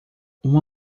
uma